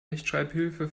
rechtschreibhilfe